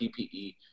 PPE